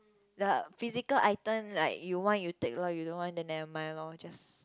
the physical item like you want you take loh you don't want then never mind loh just